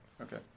Okay